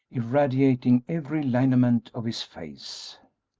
irradiating every lineament of his face.